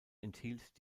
enthielt